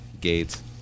Gates